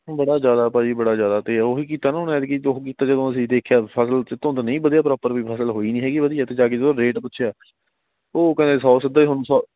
ਬੜਾ ਜ਼ਿਆਦਾ ਭਾਅ ਜੀ ਬੜਾ ਜ਼ਿਆਦਾ ਅਤੇ ਉਹ ਹੀ ਕੀਤਾ ਨਾ ਹੁਣ ਐਤਕੀਂ ਉਹ ਕੀਤਾ ਜਦੋਂ ਅਸੀਂ ਦੇਖਿਆ ਫ਼ਸਲ 'ਚ ਧੁੰਦ ਨਹੀਂ ਵਧਿਆ ਪ੍ਰੋਪਰ ਵੀ ਫ਼ਸਲ ਹੋਈ ਨਹੀਂ ਹੈਗੀ ਵਧੀਆ ਅਤੇ ਜਾ ਕੇ ਜਦੋਂ ਰੇਟ ਪੁੱਛਿਆ ਉਹ ਕਹਿੰਦੇ ਸੌ ਸਿੱਧਾ ਹੀ ਤੁਹਾਨੂੰ ਸੌ